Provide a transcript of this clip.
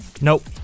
Nope